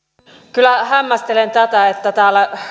kyllä hämmästelen tätä että täällä